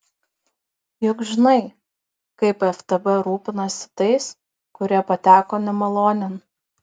juk žinai kaip ftb rūpinasi tais kurie pateko nemalonėn